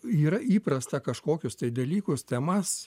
yra įprasta kažkokius dalykus temas